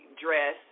dress